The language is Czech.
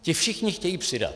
Ti všichni chtějí přidat.